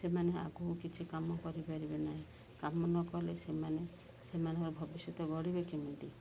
ସେମାନେ ଆଗକୁ କିଛି କାମ କରିପାରିବେ ନାହିଁ କାମ ନ କଲେ ସେମାନେ ସେମାନଙ୍କର ଭବିଷ୍ୟତ ଗଢ଼ିବେ କେମିତି